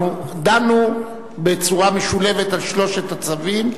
אנחנו דנו בצורה משולבת על שלושת הצווים,